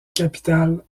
capitale